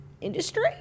industry